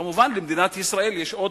כמובן, למדינת ישראל יש עוד